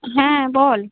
হ্যাঁ বল